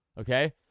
okay